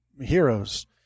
heroes